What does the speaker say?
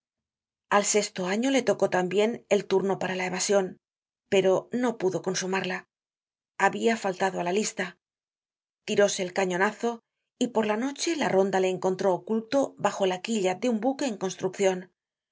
al sesto año le tocó tambien el turno para la evasion pero no pudo consumarla habia faltado á la lista tiróse el cañonazo y por la noche la ronda le encontró oculto bajo la quilla de un buque en construccion